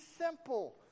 simple